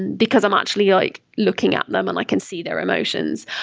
because i'm actually like looking at them and i can see their emotions.